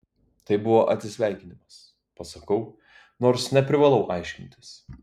tai buvo atsisveikinimas pasakau nors neprivalau aiškintis